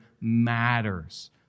matters